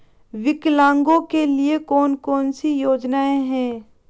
विकलांगों के लिए कौन कौनसी योजना है?